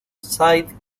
side